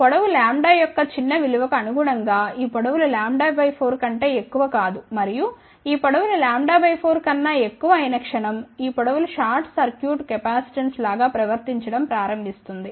పొడవు λ యొక్క చిన్న విలువ కు అనుగుణంగా ఈ పొడవులు λ 4 కంటే ఎక్కువ కాదు మరియు ఈ పొడవులు λ 4 కన్నా ఎక్కువ అయిన క్షణం ఈ పొడవులు షార్ట్ సర్క్యూట్ కెపాసిటెన్స్ లాగా ప్రవర్తించడం ప్రారంభిస్తుంది